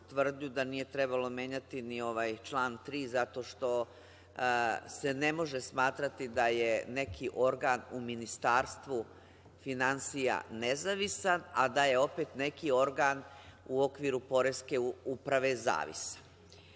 da nije trebalo menjati ni ovaj član 3. zato što se ne može smatrati da je neki organ u Ministarstvu finansija nezavisan, a da je opet neki organ u okviru poreske uprave zavisan. Ali,